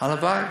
הלוואי.